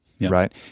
right